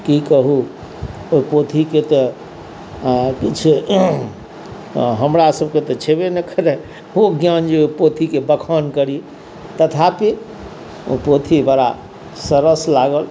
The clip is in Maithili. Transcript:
की कहू ओ पोथी के तऽ किछु हमरा सबके तऽ छेबे नहि करे खूब ज्ञान जे ओ पोथी के बखान करी तथापि ओ पोथी बड़ा सरस लागल